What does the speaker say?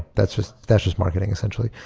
that's just that's just marketing essentially.